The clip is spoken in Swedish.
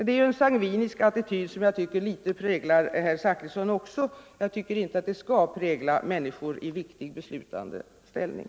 Det är en sangvinisk attityd, som jag tycker präglar också herr Zachrissons uttalanden i denna fråga. Jag tycker inte att en sådan attityd skall prägla människor i viktig beslutande ställning.